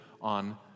on